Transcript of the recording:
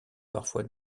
parfois